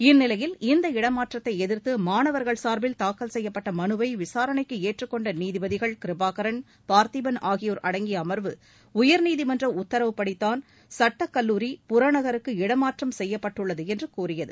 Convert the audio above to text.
இந்நிலையில் இந்த இடமாற்றத்தை எதிர்த்து மாணவர்கள் சார்பில் தாக்கல் செய்யப்பட்ட மனுவை விசாரணைக்கு ஏற்றுக்கொண்ட நீதிபதிகள் கிருபாகரன் பார்த்திபன் ஆகியோர் அடங்கிய அமர்வு உயர்நீதிமன்ற உத்தரவுப்படிதான் சட்டக் கல்லூரி புறநகருக்கு இட மாற்றம் செய்யப்பட்டுள்ளது என்று கூறியது